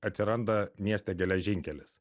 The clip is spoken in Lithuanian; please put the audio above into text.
atsiranda mieste geležinkelis